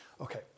Okay